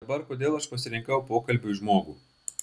dabar kodėl aš pasirinkau pokalbiui žmogų